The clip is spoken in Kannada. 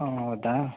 ಹೊ ಹೌದಾ